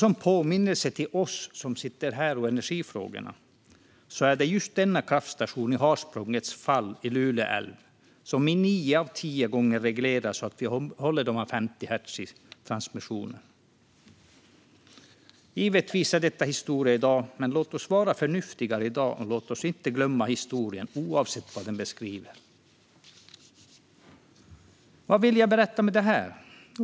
En påminnelse till oss som debatterar energifrågorna här: Det är just denna kraftstation, den i Harsprångets fall i Luleälven, som i nio av tio fall reglerar att vi håller 50 hertz i transmissionen. Givetvis är detta historia nu. Men låt oss vara förnuftigare i dag, och låt oss inte glömma historien - oavsett vad den beskriver. Vad vill jag säga med det här?